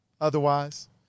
otherwise